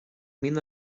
míle